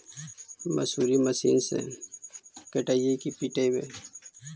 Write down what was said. मसुरी मशिन से कटइयै कि पिटबै?